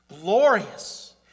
glorious